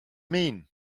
mean